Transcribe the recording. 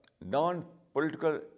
non-political